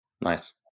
Nice